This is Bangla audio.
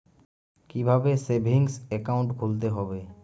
কীভাবে সেভিংস একাউন্ট খুলতে হবে?